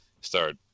start